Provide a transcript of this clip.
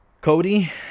cody